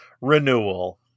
renewal